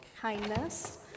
kindness